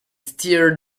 steer